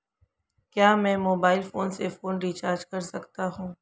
क्या मैं mobile phone से फोन रिचार्ज कर सकता हूं?